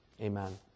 Amen